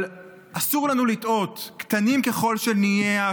אבל אסור לנו לטעות: קטנים ככל שנהיה,